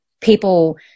people